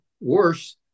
worse